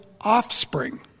offspring